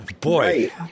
Boy